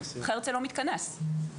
אחרת זה לא מתכנס.